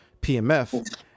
PMF